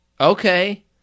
Okay